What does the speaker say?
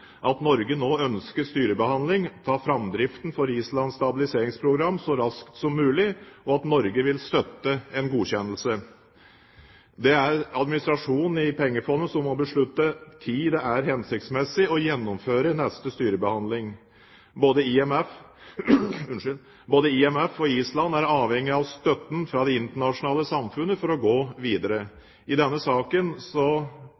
at Norge ønsker styrebehandling av framdriften for Islands stabiliseringsprogram så raskt som mulig, og at Norge vil støtte en godkjennelse. Det er administrasjonen i Pengefondet som må beslutte når det er hensiktsmessig å gjennomføre neste styrebehandling. Både IMF og Island er avhengige av støtten fra det internasjonale samfunnet for å gå videre.